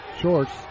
Shorts